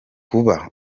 kuba